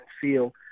feel